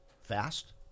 fast